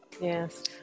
Yes